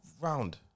round